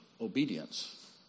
obedience